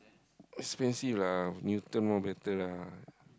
expensive lah Newton more better lah